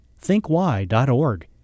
thinkwhy.org